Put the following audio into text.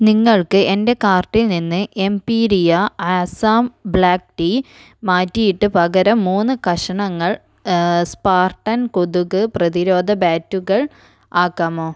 നിങ്ങൾക്ക് എന്റെ കാർട്ടിൽ നിന്ന് എംപീരിയ ആസാം ബ്ലാക്ക് ടീ മാറ്റിയിട്ട് പകരം മൂന്ന് കഷണങ്ങൾ സ്പാർട്ടൻ കൊതുക് പ്രതിരോധ ബാറ്റുകൾ ആക്കാമോ